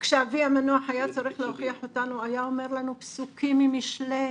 כשאבי המנוח היה צריך להוכיח אותנו היה אומר לנו פסוקים ממשלי,